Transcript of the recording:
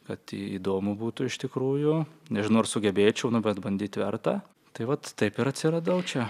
kad įdomu būtų iš tikrųjų nežinau ar sugebėčiau na bet bandyt verta tai vat taip ir atsiradau čia